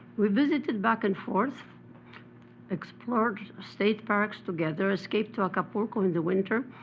we visited back and forth explored state parks together, escaped to acapulco in the winter,